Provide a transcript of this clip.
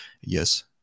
Yes